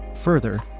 Further